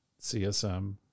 CSM